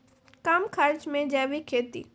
कम खर्च मे जैविक खेती?